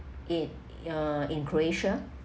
in yeah in croatia